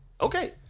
Okay